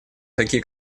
такие